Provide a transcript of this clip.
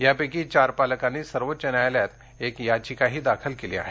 यापैकी चार पालकांनी सर्वोच्च न्यायालयात एक याचिकाही दाखल केली आहे